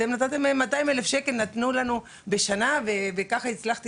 אתם נתתם 200,000 שקל בשנה וככה הצלחתי